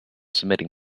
submitting